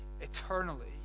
eternally